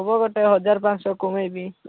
ହେବ ଗୋଟେ ହଜାର ପାଞ୍ଚଶହ କମେଇବି